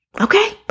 Okay